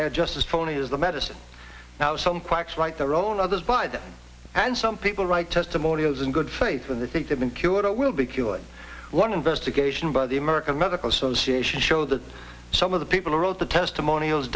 they're just as phony as the medicine now some quacks write their own others buy them and some people write testimonials in good faith when they think they've been cured or will be cured one investigation by the american medical association show that some of the people wrote the testimonials